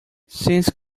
since